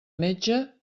metge